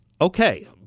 Okay